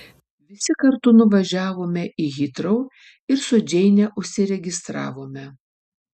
visi kartu nuvažiavome į hitrou ir su džeine užsiregistravome